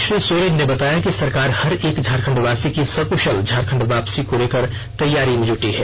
श्री सोरेन ने बताया कि सरकार हर एक झारखण्डवासी की सकृशल झारखण्ड वापसी को लेकर तैयारी में जूटी है